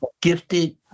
gifted